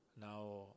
now